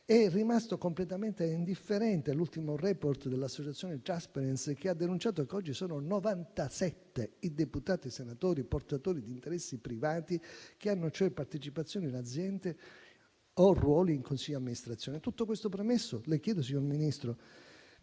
È rimasto completamente indifferente all'ultimo *report* dell'associazione Transparency, che ha denunciato che oggi sono 97 i deputati e i senatori portatori di interessi privati, che hanno cioè partecipazioni in aziende o ruoli in consigli di amministrazione. Tutto questo premesso, le chiedo, signor Ministro,